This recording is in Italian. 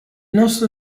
nostro